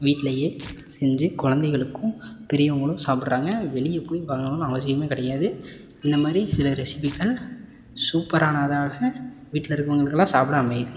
வீட்டிலையே செஞ்சு கொழந்தைகளுக்கும் பெரியவர்களும் சாப்பிட்றாங்க வெளியே போய் வாங்கணும்னு அவசியமே கிடையாது இந்த மாதிரி சில ரெசிபிக்கள் சூப்பரானதாக வீட்டில் இருக்கறவங்களுக்கெல்லாம் சாப்பிட அமையுது